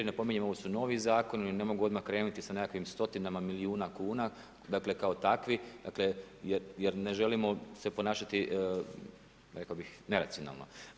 Napominjem, ovo su novi zakoni, ne mogu odmah krenuti sa nekakvim stotinama milijuna kuna, dakle kao takvi jer ne želimo se ponašati, rekao bih neracionalno.